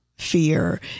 fear